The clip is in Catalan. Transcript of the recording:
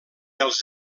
els